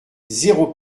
zéro